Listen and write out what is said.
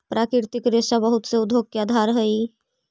प्राकृतिक रेशा बहुत से उद्योग के आधार हई